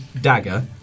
dagger